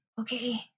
Okay